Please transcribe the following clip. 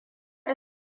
na